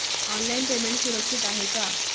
Online payment सुरक्षित आहे का?